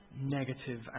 negative